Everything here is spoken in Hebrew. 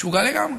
זה משוגע לגמרי.